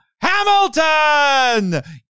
Hamilton